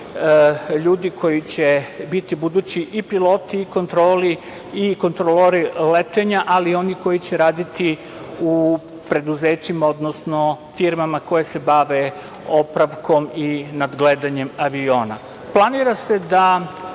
ljudi koji će biti budući i piloti i kontrolori letenja, ali i oni koji će raditi u preduzećima, odnosno firmama koje se bave popravkom i nadgledanjem aviona. Planira se da